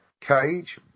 Cage